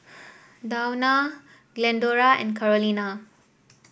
Dawna Glendora and Carolina